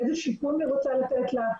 איזה שיקום היא רוצה לתת להם.